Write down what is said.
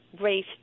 race